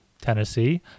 Tennessee